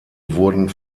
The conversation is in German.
wurden